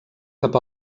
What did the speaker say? cap